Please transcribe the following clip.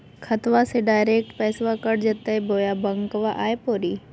खाताबा से डायरेक्ट पैसबा कट जयते बोया बंकबा आए परी?